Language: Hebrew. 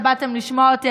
שבאתם לשמוע אותי,